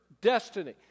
destiny